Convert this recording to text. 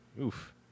Oof